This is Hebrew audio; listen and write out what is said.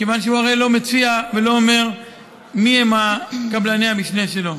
כיוון שהוא הרי לא מציע ולא אומר מיהם קבלני המשנה שלו.